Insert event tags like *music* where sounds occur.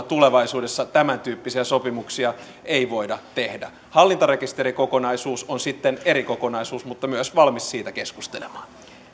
*unintelligible* tulevaisuudessa tämäntyyppisiä sopimuksia ei voida tehdä hallintarekisterikokonaisuus on sitten eri kokonaisuus mutta olen valmis myös siitä keskustelemaan